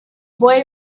boy